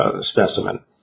specimen